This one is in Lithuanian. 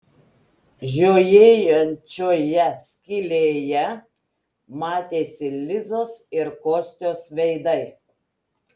žiojėjančioje skylėje matėsi lizos ir kostios veidai